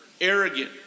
arrogant